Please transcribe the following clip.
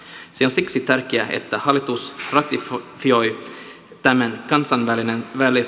siksi on tärkeää että hallitus ratifioisi tämän kansainvälisen